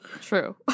True